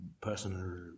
personal